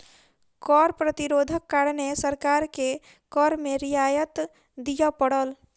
कर प्रतिरोधक कारणें सरकार के कर में रियायत दिअ पड़ल